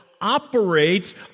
Operates